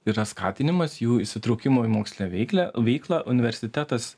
yra skatinimas jų įsitraukimo į mokslinę veiklią veiklą universitetas